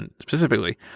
specifically